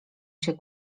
się